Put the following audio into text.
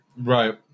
Right